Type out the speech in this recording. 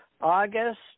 August